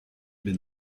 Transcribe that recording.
been